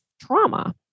trauma